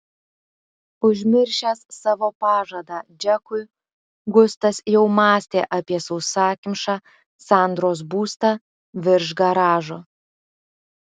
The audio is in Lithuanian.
užmiršęs savo pažadą džekui gustas jau mąstė apie sausakimšą sandros būstą virš garažo